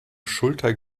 schulter